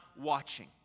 watching